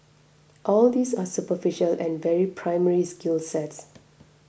all these are superficial and very primary skill sets